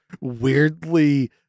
weirdly